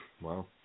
Wow